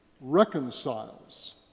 reconciles